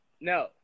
no